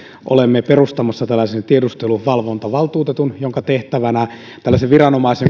olemme perustamassa tiedusteluvalvontavaltuutetun tällaisen viranomaisen